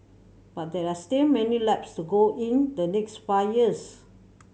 but there are still many laps to go in the next five years